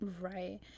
right